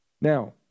Now